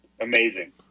Amazing